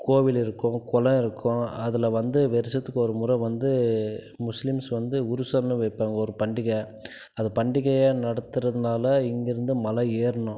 கோவிலிருக்கும் குளம் இருக்கும் அதில் வந்து வருஷத்துக்கு ஒரு முறை வந்து முஸ்லீம்ஸ் வந்து உருசம்னு வைப்பாங்க ஒரு பண்டிகை அதை பண்டிகையாக நடத்தறதுனால இங்கிருந்து மலை ஏறுணும்